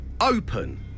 Open